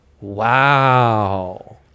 Wow